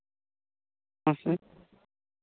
ᱯᱟᱥᱮᱡ